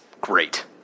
great